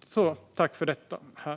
så här.